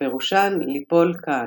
שפירושן "ליפול כאן"